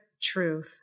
truth